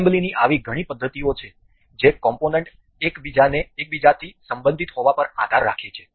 એસેમ્બલીની આવી ઘણી પદ્ધતિઓ છે જે કોમ્પોનન્ટ એક બીજાથી સંબંધિત હોવા પર આધાર રાખે છે